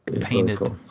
Painted